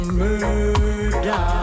murder